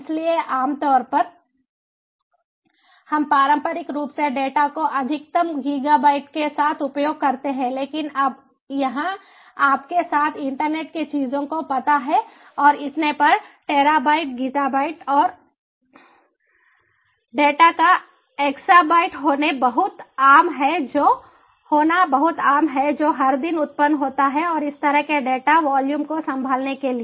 इसलिए आमतौर पर हम पारंपरिक रूप से डेटा को अधिकतम गीगाबाइट के साथ उपयोग करते हैं लेकिन अब यह आपके साथ इंटरनेट के चीजों का पता है और इतने पर टेराबाइट्सगीताबाइट डेटा का एक्सबाइट्स होना बहुत आम है जो हर दिन उत्पन्न होता है और इस तरह के डेटा वॉल्यूम को संभालने के लिए